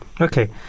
okay